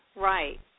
right